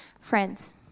Friends